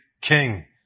King